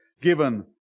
given